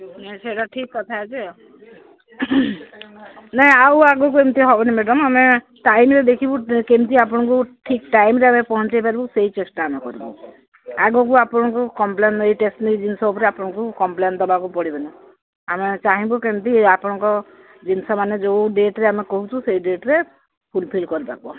ସେଇଟା ଠିକ୍ କଥା ଯେ ଆଉ ନାଇ ଆଉ ଆଗକୁ ଏମିତି ହେବନି ମ୍ୟାଡମ୍ ଆମେ ଟାଇମ୍ରେ ଦେଖିବୁ କେମିତି ଆପଣଙ୍କୁ ଠିକ୍ ଟାଇମ୍ରେ ଆମେ ପହଞ୍ଚେଇ ପାରିବୁ ସେଇ ଚେଷ୍ଟା ଆମେ କରିବୁ ଆଗକୁ ଆପଣଙ୍କୁ କମ୍ପ୍ଲେନ୍ ଏ ଜିନିଷ ଉପରେ ଆପଣଙ୍କୁ କମ୍ପ୍ଲେନ୍ ଦେବାକୁ ପଡ଼ିବନି ଆମେ ଚାହିଁବୁ କେମିତି ଆପଣଙ୍କ ଜିନିଷ ମାନେ ଯୋଉ ଡେଟ୍ରେ ଆମେ କହୁଛୁ ସେଇ ଡେଟ୍ରେ ଫୁଲଫିଲ୍ କରିଦେବାକୁ